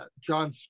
John